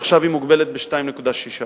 עכשיו היא מוגבלת ב-2.6%,